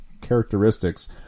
characteristics